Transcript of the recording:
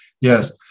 yes